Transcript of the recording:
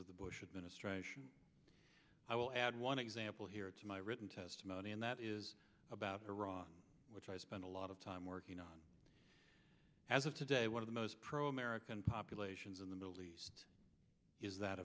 of the bush administration i will add one example here it's my written testimony and that is about iraq which i spent a lot of time working on as of today one of the most pro american populations in the middle east is that